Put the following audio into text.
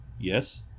Yes